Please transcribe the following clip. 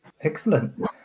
Excellent